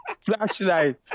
Flashlight